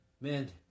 Man